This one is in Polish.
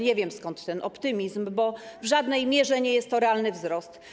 Nie wiem, skąd ten optymizm, bo w żadnej mierze nie jest to realny wzrost.